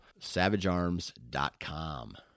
savagearms.com